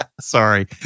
Sorry